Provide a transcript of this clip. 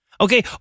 okay